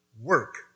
Work